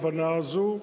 ההבנה הזאת,